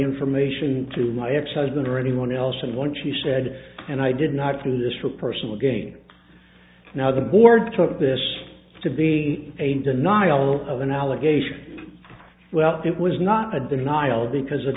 information to my ex husband or anyone else and when she said and i did not do this for personal gain now the board took this to be a denial of an allegation well it was not a denial because